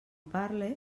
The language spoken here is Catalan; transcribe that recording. parle